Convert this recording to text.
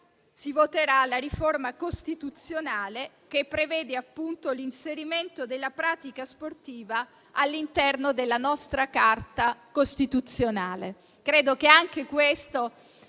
si voterà la riforma costituzionale che prevede l'inserimento della pratica sportiva all'interno della nostra Carta costituzionale. Credo che anche questo